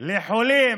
לחולים,